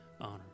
honor